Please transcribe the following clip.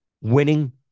winning